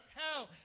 hell